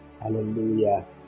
Hallelujah